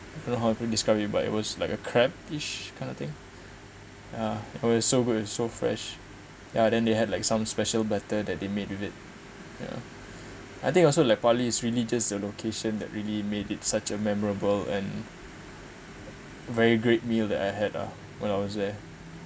don't know how to describe it but it was like a crab-ish kind of thing ah it was so good it's so fresh ya then they had like some special better that they made with it ya I think also like partly it's really just the location that really made it such a memorable and very great meal that I had ah when I was there